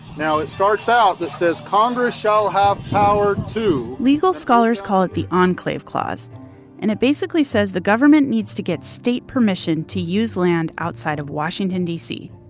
now it starts out that says, congress shall have power to. legal scholars call it the enclave clause and it basically says the government needs to get state permission to use land outside of washington, dc.